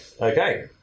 Okay